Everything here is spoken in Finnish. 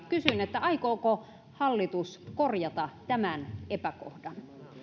kysyn aikooko hallitus korjata tämän epäkohdan